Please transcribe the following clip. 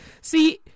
See